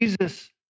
Jesus